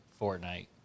Fortnite